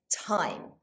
time